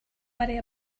worry